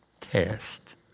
test